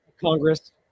Congress